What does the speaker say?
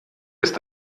ist